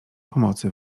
pomocy